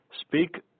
Speak